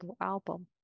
album